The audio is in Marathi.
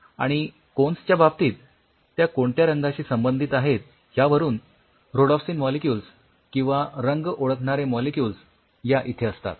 आणि कोन्स च्या बाबतीत त्या कोणत्या रंगाशी संबंधित आहेत यावरून ऱ्होडॉप्सीन मॉलिक्युल्स किंवा रंग ओळखणारे मॉलिक्युल्स या इथे असतात